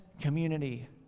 community